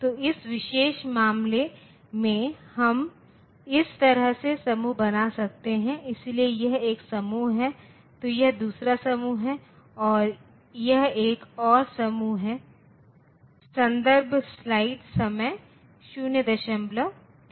तो इस विशेष मामले में हम इस तरह के समूह बना सकते हैं इसलिए यह एक समूह है तो यह दूसरा समूह है और यह एक और समूह है संदर्भ स्लाइड समय 0034